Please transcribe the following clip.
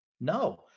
No